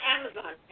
Amazon